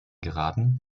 geraden